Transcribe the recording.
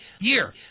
year